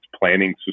planning